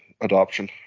adoption